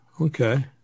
Okay